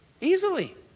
Easily